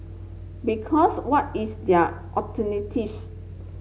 because what is their alternatives